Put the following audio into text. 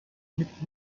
mit